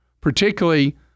particularly